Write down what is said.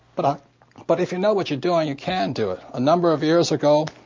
but but if you know what you're doing, you can do it. a number of years ago,